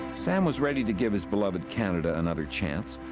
sam was ready to give his beloved canada another chance.